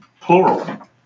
plural